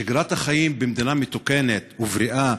שגרת החיים במדינה מתוקנת ובריאה,